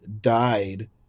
died